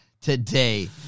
Today